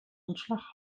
ontslag